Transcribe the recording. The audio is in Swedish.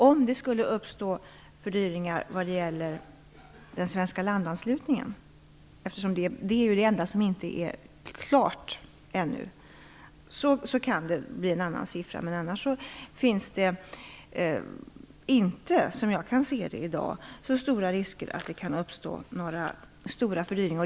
Om det skulle uppstå fördyringar vad gäller den svenska landanslutningen - det är det enda som inte är klart ännu - kan det bli en annan siffra, men annars finns det inte, som jag kan se det i dag, så stora risker för att det uppstår några stora fördyringar.